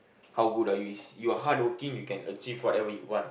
how good are you is you are hardworking you can achieve whatever you want